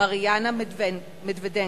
מריאנה מדבדנקו,